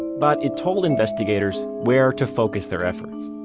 but it told investigators where to focus their efforts